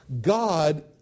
God